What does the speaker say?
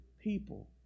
people